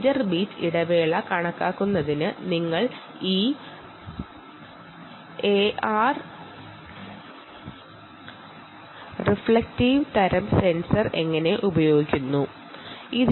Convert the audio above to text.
Inter beat ഇടവേള കണക്കാക്കുന്നതിന് നിങ്ങൾ ഈ ഐആർ റിഫ്ലെക്റ്റീവ് തരം സെൻസർ എങ്ങനെ ഉപയോഗിക്കണം എന്നു നോക്കാം